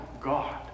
God